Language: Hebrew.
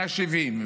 170,